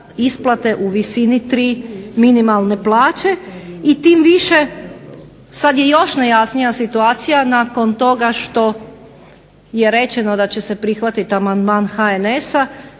isplate u visini tri minimalne plaće i tim više sad je još nejasnija situacija nakon toga što je rečeno da će se prihvatiti amandman HNS-a